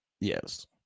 Yes